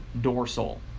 dorsal